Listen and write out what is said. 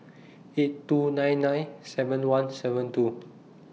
eight two nine nine seven one seven two